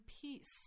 peace